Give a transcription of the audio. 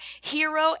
hero